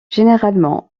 généralement